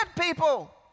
people